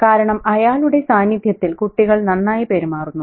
കാരണം അയാളുടെ സാന്നിധ്യത്തിൽ കുട്ടികൾ നന്നായി പെരുമാറുന്നു